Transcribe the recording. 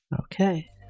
Okay